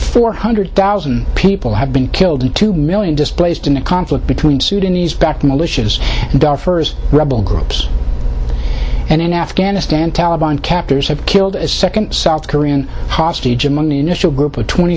four hundred thousand people have been killed and two million displaced in the conflict between sudanese backed militias and rebel groups and in afghanistan taliban captors have killed a second south korean hostage among the initial group of twenty